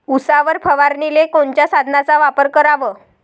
उसावर फवारनीले कोनच्या साधनाचा वापर कराव?